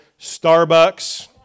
Starbucks